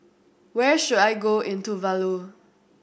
where should I go in Tuvalu